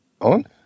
on